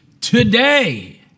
today